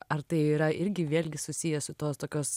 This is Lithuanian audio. ar tai yra irgi vėlgi susiję su tos tokios